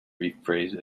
rephrase